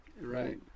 Right